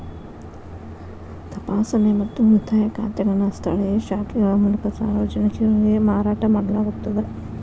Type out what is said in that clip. ತಪಾಸಣೆ ಮತ್ತು ಉಳಿತಾಯ ಖಾತೆಗಳನ್ನು ಸ್ಥಳೇಯ ಶಾಖೆಗಳ ಮೂಲಕ ಸಾರ್ವಜನಿಕರಿಗೆ ಮಾರಾಟ ಮಾಡಲಾಗುತ್ತದ